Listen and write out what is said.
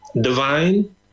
divine